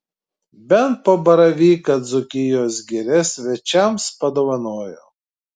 bent po baravyką dzūkijos giria svečiams padovanojo